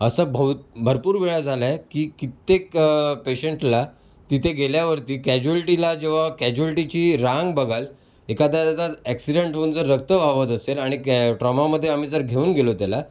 असं भव भरपूर वेळा झालं आहे की कित्येक पेशंटला तिथे गेल्यावरती कॅज्युअल्टीला जेव्हा कॅज्युअल्टीची रांग बघाल एखाद्याचा ॲक्सिडेंट होऊन जर रक्त वहात असेल आणि गॅ ट्रॉमामध्ये आम्ही जर घेऊन गेलो त्याला